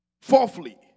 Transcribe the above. Fourthly